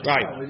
Right